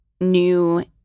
new